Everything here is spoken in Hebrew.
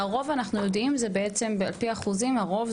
ואנחנו יודעים על פי אחוזים ועל פי